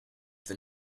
the